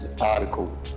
article